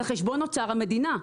על חשבון אוצר המדינה,